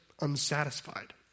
unsatisfied